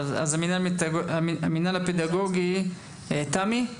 המינהל הפדגוגי, תמי?